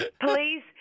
Please